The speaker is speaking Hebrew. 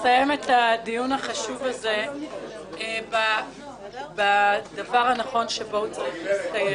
הדיון החשוב הזה בדבר הנכון שבו הוא צריך להסתיים.